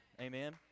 amen